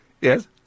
Yes